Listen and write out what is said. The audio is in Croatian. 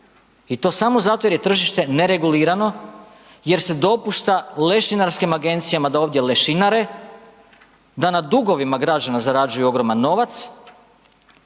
i to samo zato je tržište neregulirano jer se dopušta lešinarskim agencijama da ovdje lešinare, da na dugovima građana zarađuju ogroman novac